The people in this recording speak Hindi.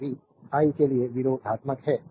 तो v i के लिए विरोधात्मक है